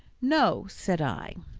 no, said i.